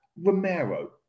Romero